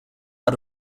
out